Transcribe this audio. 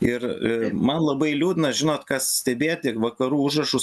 ir man labai liūdna žinot ką stebėti vakarų užrašus